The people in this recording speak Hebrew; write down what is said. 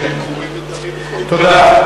תודה.